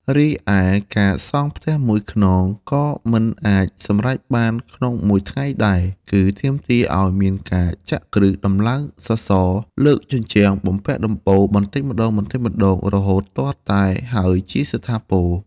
រីឯ ការសង់ផ្ទះមួយខ្នងក៏មិនអាចសម្រេចបានក្នុងមួយថ្ងៃដែរ គឺទាមទារឱ្យមានការចាក់គ្រឹះ ដំឡើងសសរ លើកជញ្ជាំង បំពាក់ដំបូល បន្តិចម្តងៗ រហូតទាល់តែហើយជាស្ថាពរ។